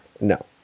No